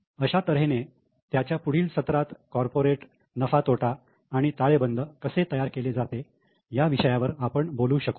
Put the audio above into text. अशा तऱ्हेने त्याच्या पुढील सत्रात कॉर्पोरेट नफा तोटा आणि ताळेबंद कसे तयार केले जाते या विषयावर आपण बोलू शकू